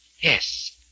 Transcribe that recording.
Yes